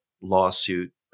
lawsuit